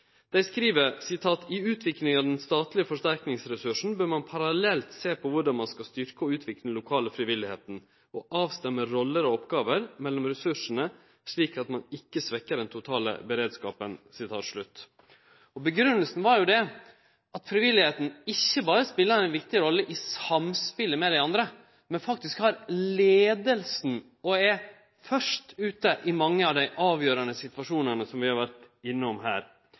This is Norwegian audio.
av den statlige forsterkningsressursen bør man parallelt se på hvordan man skal styrke og utvikle den lokale frivilligheten, og avstemme roller og oppgaver mellom ressursene slik at man ikke svekker den totale beredskapen.» Grunngjevinga var at frivilligheita ikkje berre spelar ei viktig rolle i samspelet med dei andre, men faktisk har leiinga og er først ute i mange av dei avgjerande situasjonane vi har vore innom her.